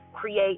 create